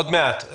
עוד מעט.